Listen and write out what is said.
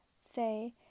say